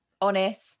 honest